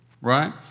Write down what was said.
right